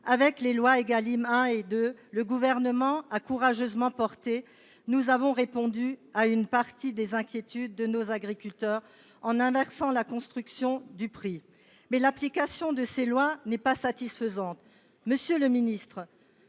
Avec les lois Égalim 1 et 2, que le Gouvernement a courageusement portées, nous avons répondu à une partie des inquiétudes de nos agriculteurs en inversant la construction du prix. Cependant, l’application de ces textes n’est pas satisfaisante. Monsieur le ministre,